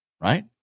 Right